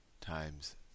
times